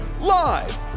Live